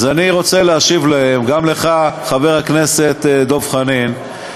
אז אני רוצה להשיב להם, גם לך, חבר הכנסת דב חנין: